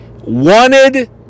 wanted